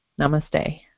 Namaste